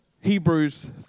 Hebrews